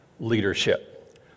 leadership